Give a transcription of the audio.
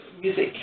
Music